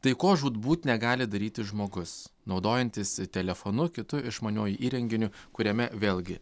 tai ko žūtbūt negali daryti žmogus naudojantis telefonu kitu išmaniuoju įrenginiu kuriame vėlgi